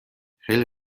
خیلی